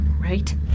right